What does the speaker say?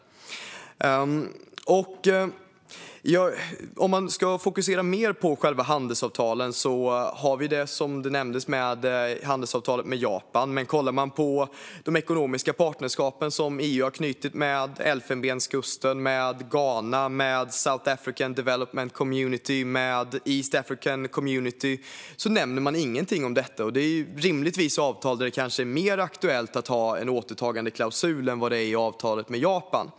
Om man ska fokusera mer på själva handelsavtalen kan vi se att detta nämndes i handelsavtalet med Japan, men i de ekonomiska partnerskap som EU har ingått med Elfenbenskusten, Ghana, South African Development Community och East African Community nämner man inget om detta. Det är rimligtvis avtal där det är mer aktuellt med en återtagandeklausul än avtalet med Japan.